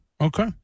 Okay